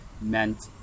meant